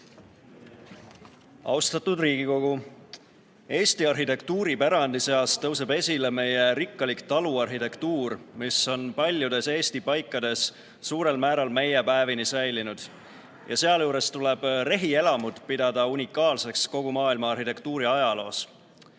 Austatud Riigikogu! Eesti arhitektuuripärandi seast tõuseb esile meie rikkalik taluarhitektuur, mis on paljudes Eesti paikades suurel määral meie päevini säilinud. Sealjuures tuleb rehielamut pidada unikaalseks kogu maailma arhitektuuriajaloos.